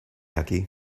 aquí